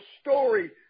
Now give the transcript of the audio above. story